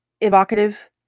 evocative